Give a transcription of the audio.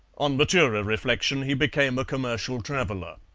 on maturer reflection he became a commercial traveller.